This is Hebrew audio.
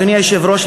אדוני היושב-ראש,